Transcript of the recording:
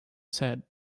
said